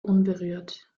unberührt